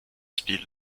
speed